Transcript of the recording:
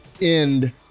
end